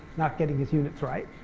not getting his units right,